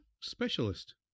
specialist